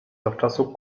zawczasu